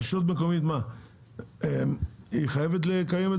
רשות מקומית חייבת לקיים את